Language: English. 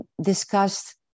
discussed